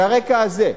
על הרקע הזה.